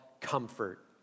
comfort